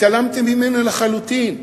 התעלמתם ממנה לחלוטין.